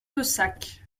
pessac